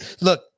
Look